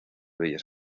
bellas